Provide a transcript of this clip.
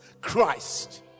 Christ